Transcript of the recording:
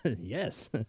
yes